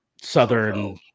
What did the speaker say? southern